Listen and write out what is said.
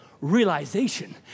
realization